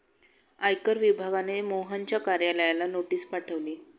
आयकर विभागाने मोहनच्या कार्यालयाला नोटीस पाठवली